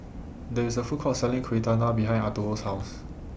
There IS A Food Court Selling Kueh Dadar behind Arturo's House